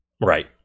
Right